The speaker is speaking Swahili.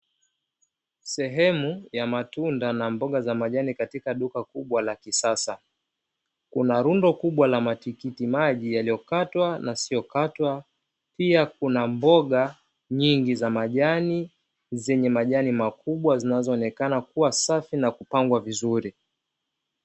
Sehemu ya matunda na mboga za majani katika duka kubwa la kisasa, kuna rundo kubwa la matikiti maji yaliyokatwa na yasiyokatwa, pia kuna mboga nyingi za majani zenye majani makubwa zinazoonekana kuwa safi na kupangwa vizuri.